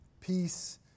peace